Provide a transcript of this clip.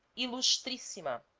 illustrissima